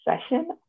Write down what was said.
session